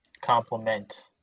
complement